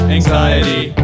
Anxiety